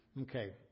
Okay